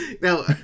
Now